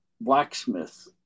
blacksmith